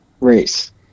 race